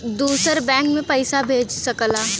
दूसर बैंक मे पइसा भेज सकला